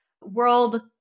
world